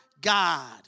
God